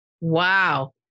Wow